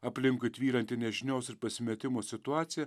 aplinkui tvyrantį nežinios ir pasimetimo situacija